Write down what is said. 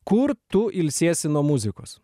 kur tu ilsiesi nuo muzikos